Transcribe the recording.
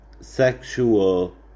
sexual